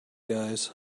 guys